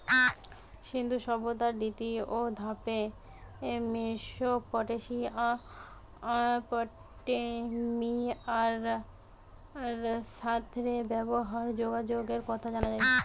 সিন্ধু সভ্যতার দ্বিতীয় ধাপে মেসোপটেমিয়ার সাথ রে ব্যবসার যোগাযোগের কথা জানা যায়